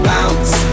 Bounce